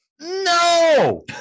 No